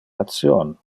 ration